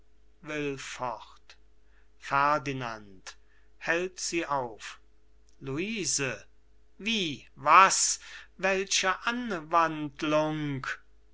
ferdinand hält sie auf luise wie was welche anwandlung